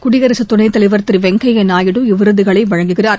குடியரசு துணைத்தலைவர் திரு வெங்கையா நாயுடு இவ்விருதுகளை வழங்குகிறார்